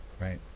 right